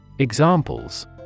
examples